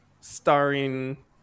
starring